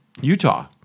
Utah